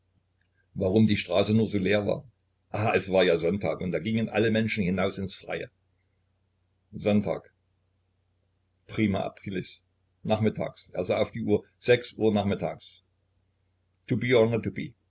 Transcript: warum die straße nur so leer war aha es war ja sonntag und da gingen alle menschen hinaus ins freie sonntag prima aprilis nachmittags er sah auf die uhr sechs uhr nachmittags